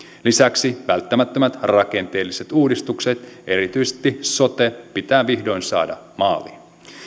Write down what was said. lisäksi välttämättömät rakenteelliset uudistukset erityisesti sote pitää vihdoin saada maaliin